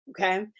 Okay